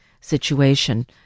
situation